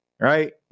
right